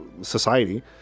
society